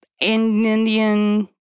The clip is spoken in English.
indian